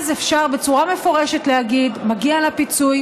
אז אפשר בצורה מפורשת להגיד: מגיע לה פיצוי.